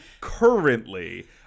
currently